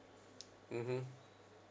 mmhmm